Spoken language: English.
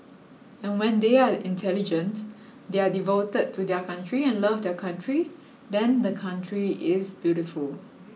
and when they are intelligent they are devoted to their country and love their country then the country is beautiful